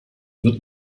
wird